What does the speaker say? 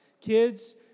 Kids